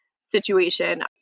situation